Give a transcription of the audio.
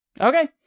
Okay